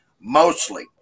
mostly